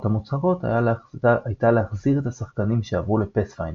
המוצהרות הייתה להחזיר את השחקנים שעברו ל-Pathfinder